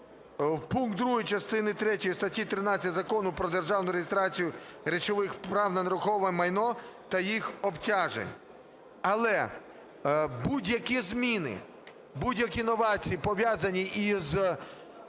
пункт 2 частини третьої статті 13 Закону "Про державну реєстрацію речових прав на нерухоме майно та їх обтяжень". Але будь-які зміни, будь-які новації, пов’язані із